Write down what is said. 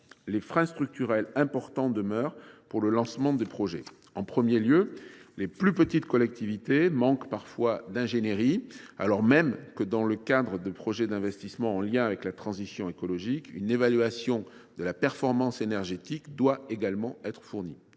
des freins structurels importants demeurent pour le lancement des projets. Tout d’abord, les plus petites collectivités manquent parfois d’ingénierie, alors même que, dans le cadre de projets d’investissement en lien avec la transition écologique, une évaluation de la performance énergétique doit également être fournie.